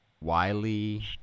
Wiley